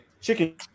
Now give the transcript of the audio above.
chicken